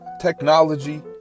technology